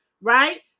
right